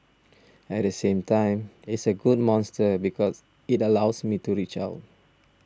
at the same time it's a good monster because it allows me to reach out